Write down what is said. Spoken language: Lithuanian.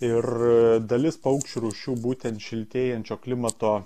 ir dalis paukščių rūšių būtent šiltėjančio klimato